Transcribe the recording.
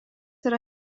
yra